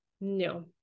No